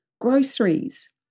groceries